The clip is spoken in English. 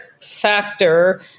factor